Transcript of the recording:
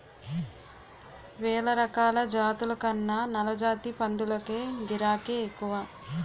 వేలరకాల జాతుల కన్నా నల్లజాతి పందులకే గిరాకే ఎక్కువ